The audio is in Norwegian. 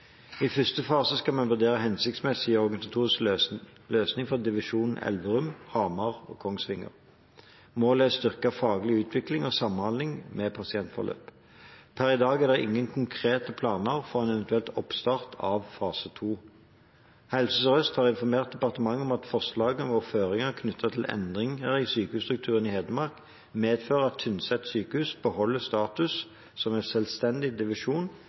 i to faser. I første fase skal man vurdere hensiktsmessig organisatorisk løsning for divisjon Elverum–Hamar–Kongsvinger. Målet er å styrke faglig utvikling og samhandling med pasientforløp. Per i dag er det ingen konkrete planer for en eventuell oppstart av fase 2. Helse Sør-Øst har informert departementet om at forslagene og føringer knyttet til endringer i sykehusstrukturen i Hedmark medfører at Tynset sykehus beholder status som selvstendig divisjon